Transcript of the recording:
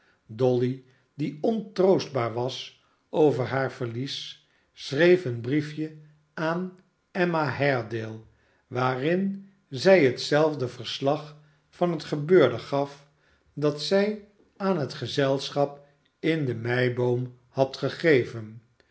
dolly die ontroostbaar was over haar verlies schreef een briefje aan emma haredale waarin zij hetzelfde verslag van het gebeurde gaf dat zij aan het gezelschap in de meiboom had gegeven